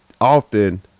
often